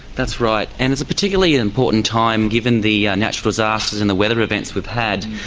that's right. and it's a particularly important time, given the natural disasters and the weather events we've had,